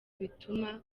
bituma